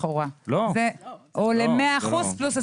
לכאורה או ל-100 אחוזים פלוס 25 אחוזים.